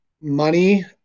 money